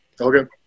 Okay